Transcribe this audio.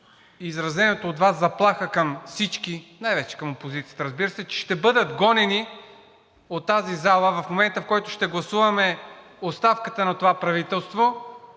изразената от Вас заплаха към всички, най-вече към опозицията, разбира се, че ще бъдат гонени от тази зала в момента, в който ще гласуваме оставката на това правителство,